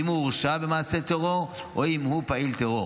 אם הוא הורשע במעשי טרור או אם הוא פעיל טרור.